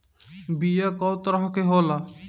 बीया कव तरह क होला?